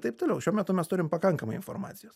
taip toliau šiuo metu mes turim pakankamai informacijos